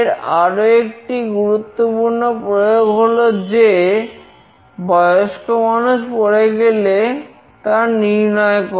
এর আরো একটি গুরুত্বপূর্ণ প্রয়োগ হলো যে বয়স্ক মানুষ পড়ে গেলে তা নির্ণয় করা